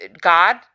God